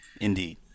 indeed